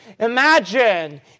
Imagine